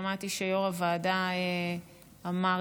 שמעתי שיו"ר הוועדה אמר,